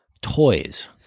toys